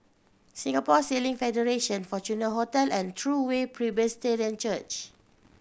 Singapore Sailing Federation Fortuna Hotel and True Way Presbyterian Church